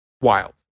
wild